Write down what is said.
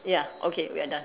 ya okay we are done